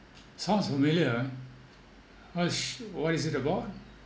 sounds familiar ah what's what is it about